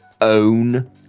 own